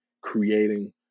creating